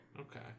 Okay